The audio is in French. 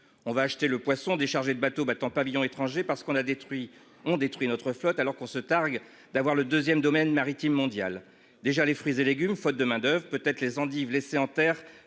on va acheter le poisson déchargé de bateau battant pavillon étranger parce qu'on a détruit, on détruit notre flotte alors qu'on se targue d'avoir le 2ème domaine maritime mondial déjà les fruits et légumes, faute de main d'oeuvre peut être les endives laisser en terre